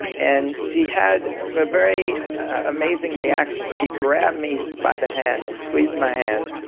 and she had a but very amazing reaction. she grabbed me by the hand and squeezed my hand,